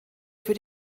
für